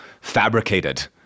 fabricated